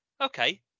Okay